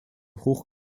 hoch